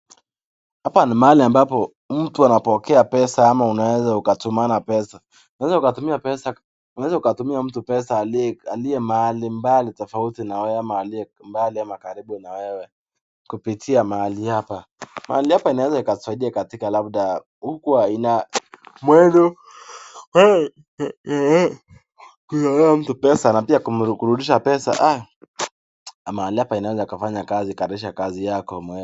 Hapa ni mahali ambapo mtu anapokea pesa ama unaweza ukatumana pesa. Unaweza ukatumia mtu pesa aliyembali tofauti na wewe ama aliye mbali ama karibu na wewe kupitia mahali hapa. Mahali hapa inaweza ikatusaidia katika labda huku ina mwenye kutoa mtu pesa na pia kumrudisha pesa. Mahali hapa inaweza ikafanya kazi, ikaresha kazi yako.